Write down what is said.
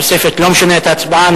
התוספת לא משנה את ההצבעה.